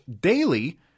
daily